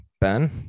ben